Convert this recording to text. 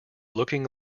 looking